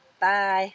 Bye